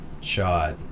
shot